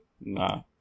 nah